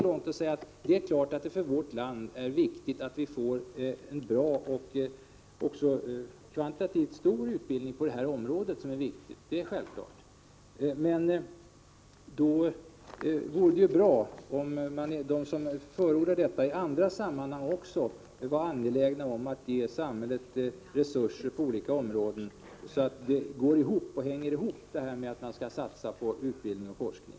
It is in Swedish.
Det är givetvis viktigt för vårt land med en god och kvantitativt stor utbildning på detta område. Men då vore det bra om de som förordar detta också i andra sammanhang vore angelägna om att ge samhället resurser på olika områden så att det hela går ihop när man satsar på utbildning och forskning.